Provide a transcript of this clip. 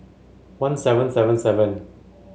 one seven seven seven